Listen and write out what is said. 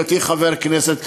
בהיותי חבר כנסת,